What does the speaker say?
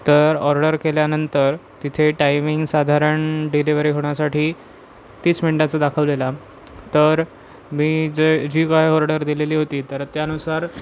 तर ऑर्डर केल्यानंतर तिथे टायमिंग साधारण डिलिव्हरी होण्यासाठी तीस मिनटाचा दाखवलेला तर मी जे जी काय ऑर्डर दिलेली होती तर त्यानुसार